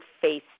face